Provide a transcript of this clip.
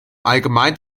allgemeinen